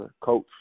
coach